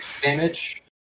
damage